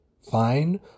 fine